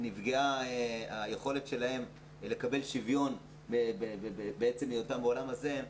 כבר נפגעה היכולת שלהם לקבל שיוון מעצם היותם בעולם הזה.